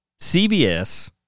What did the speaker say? CBS